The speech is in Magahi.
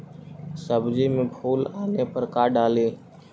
सब्जी मे फूल आने पर का डाली?